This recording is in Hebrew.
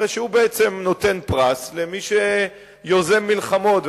הרי שהוא בעצם נותן פרס למי שיוזם מלחמות,